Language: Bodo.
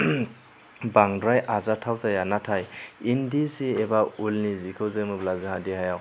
बांद्राय आरजाथाव जाया नाथाय इन्दि जि एबा उलनि जिखौ जोमोब्ला जोंहा देहायाव